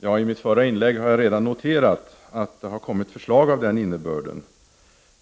Redan i mitt förra inlägg noterade jag att det har kommit förslag av den innebörden.